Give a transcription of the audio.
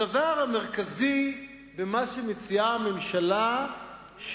הדבר המרכזי במה שמציעה הממשלה הוא,